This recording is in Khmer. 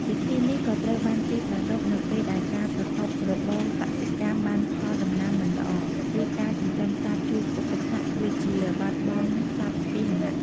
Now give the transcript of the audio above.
ពិធីនេះក៏ត្រូវបានគេប្រារព្ធ នៅពេលដែលការប្រកបរបរកសិកម្មបានផលដំណាំមិនល្អ ឬការចិញ្ចឹមសត្វជួបឧបសគ្គដូចជាបាត់បង់សត្វពាហន។